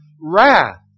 wrath